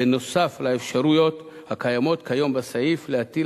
נוסף על האפשרויות הקיימות כיום בסעיף להטיל